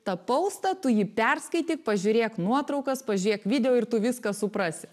tą poustą tu ji perskaityk pažiūrėk nuotraukas pažiūrėk video ir tu viską suprasi